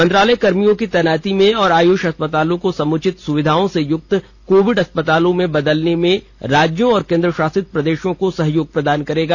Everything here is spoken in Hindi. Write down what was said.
मंत्रालय कर्मियों की तैनाती में और आयुष अस्पतालों को समुचित सुविधाओं से युक्त कोविड अस्पतालों में बदलने में राज्यों और केंद्र शासित प्रदेशों को सहयोग प्रदान करेगा